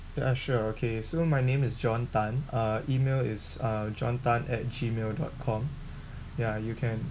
ya sure okay so my name is john Tan uh email is a john Tan at gmail dot com yeah you can